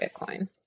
Bitcoin